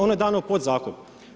Ono je dano u podzakup.